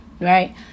right